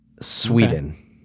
sweden